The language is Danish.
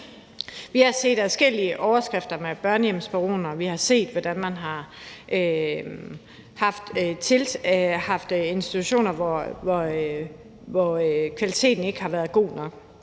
Vi har set adskillige overskrifter med børnehjemsbaroner, og vi har set, hvordan man har haft institutioner, hvor kvaliteten ikke har været god nok.